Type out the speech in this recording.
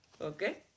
Okay